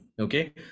Okay